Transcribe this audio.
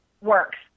works